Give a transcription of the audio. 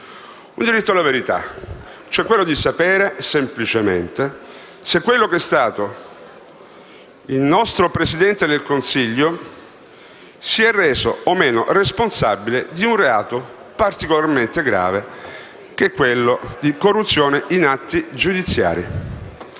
quello alla verità. Abbiamo cioè diritto di sapere semplicemente se colui che è stato il nostro Presidente del Consiglio si è reso o no responsabile di un reato particolarmente grave, che è quello di corruzione in atti giudiziari.